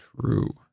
true